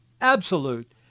absolute